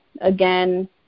again